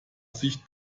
sicht